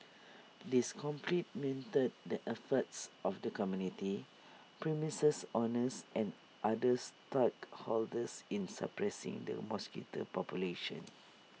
this complemented the efforts of the community premises owners and other stakeholders in suppressing the mosquito population